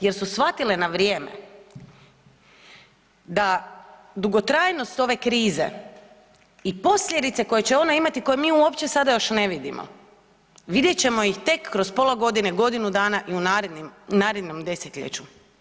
Jer su shvatile na vrijeme da dugotrajnost ove krize i posljedice koje će ona imati koje mi uopće sada još ne vidimo, vidjet ćemo ih tek kroz pola godine, godinu dana i u narednim, narednom desetljeću.